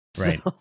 right